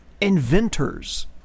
Inventors